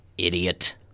Idiot